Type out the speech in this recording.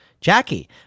Jackie